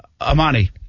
Amani